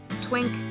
Twink